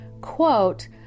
quote